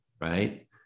right